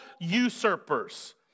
usurpers